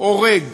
הורג,